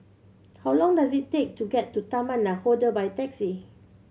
how long does it take to get to Taman Nakhoda by taxi